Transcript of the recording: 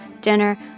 dinner